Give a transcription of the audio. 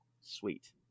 sweet